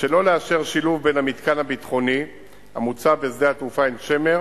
שלא לאשר שילוב בין המתקן הביטחוני המוצע בשדה התעופה עין-שמר